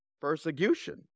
persecution